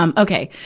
um okay.